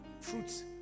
fruits